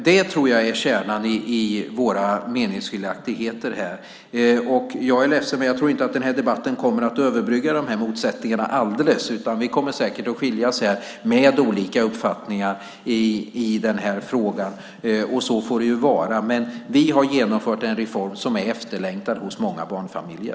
Detta tror jag är kärnan i meningsskiljaktigheterna mellan oss här. Jag är ledsen, men jag tror inte att denna debatt helt kommer att överbrygga de här motsättningarna. Vi skiljs säkert här med olika uppfattningar i frågan, och så får det vara. Vi har i alla fall genomfört en reform som är efterlängtad hos många barnfamiljer.